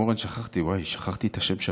אורן, שכחתי את השם שלך.